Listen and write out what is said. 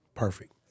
Perfect